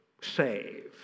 saved